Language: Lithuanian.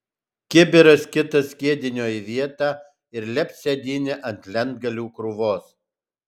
kibiras kitas skiedinio į vietą ir lept sėdynę ant lentgalių krūvos